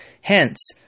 Hence